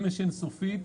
שמש אין-סופית.